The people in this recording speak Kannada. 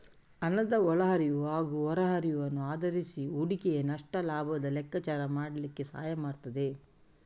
ಹಣದ ಒಳ ಹರಿವು ಹಾಗೂ ಹೊರ ಹರಿವನ್ನು ಆಧರಿಸಿ ಹೂಡಿಕೆಯ ನಷ್ಟ ಲಾಭದ ಲೆಕ್ಕಾಚಾರ ಮಾಡ್ಲಿಕ್ಕೆ ಸಹಾಯ ಮಾಡ್ತದೆ